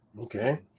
Okay